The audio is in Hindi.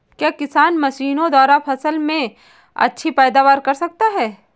क्या किसान मशीनों द्वारा फसल में अच्छी पैदावार कर सकता है?